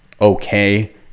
okay